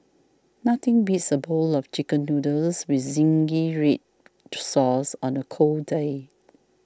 nothing beats a bowl of Chicken Noodles with Zingy Red Sauce on a cold day